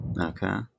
Okay